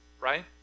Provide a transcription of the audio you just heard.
right